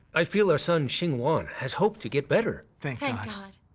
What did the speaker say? i feel our son xinguang has hope to get better. thank thank god.